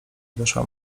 weszła